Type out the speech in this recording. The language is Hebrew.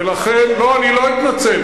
לא, אני לא אתנצל.